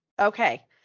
okay